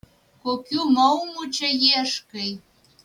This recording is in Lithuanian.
kokių maumų čia ieškai